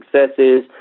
successes